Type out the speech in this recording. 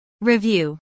Review